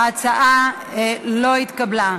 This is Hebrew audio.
ההצעה לא התקבלה.